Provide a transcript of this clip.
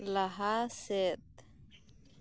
ᱞᱟᱦᱟ ᱥᱮᱫ